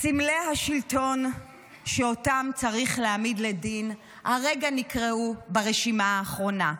סמלי השלטון שאותם צריך להעמיד לדין הרגע נקראו ברשימה האחרונה.